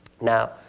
Now